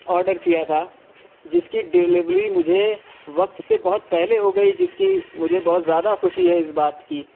order کیا تھا جس کی ڈیلیوری مجھے وقت سے بہت پہلے ہو گئی جس کی مجھے بہت زیادہ خوشی ہے اس بات کی